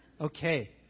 okay